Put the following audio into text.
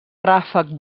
ràfec